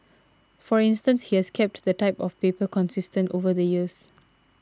for instance he has kept the type of paper consistent over the years